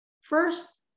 first